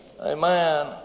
Amen